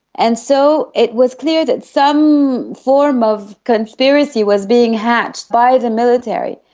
and so it was clear that some form of conspiracy was being hatched by the military.